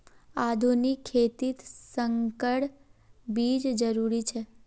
आधुनिक खेतित संकर बीज जरुरी छे